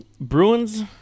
Bruins